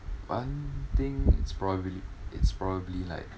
one thing it's probably it's probably like